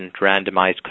randomized